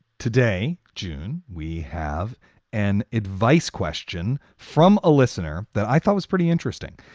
today, june. we have an advice question from a listener that i thought was pretty interesting.